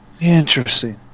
Interesting